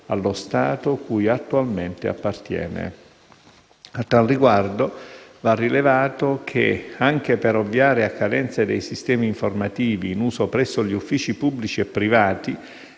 allo Stato cui attualmente appartiene». A tal riguardo, va rilevato che, anche per ovviare a carenze dei sistemi informativi in uso presso uffici pubblici e privati